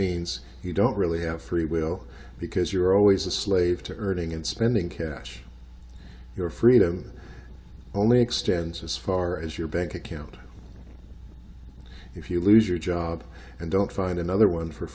means you don't really have free will because you're always a slave to earning and spending cash your freedom only extends as far as your bank account if you lose your job and don't find another one for